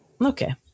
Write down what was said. Okay